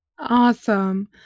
Awesome